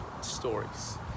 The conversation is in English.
stories